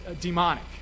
Demonic